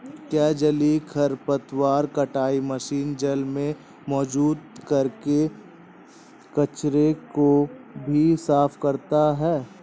क्या जलीय खरपतवार कटाई मशीन जल में मौजूद कचरे को भी साफ करता है?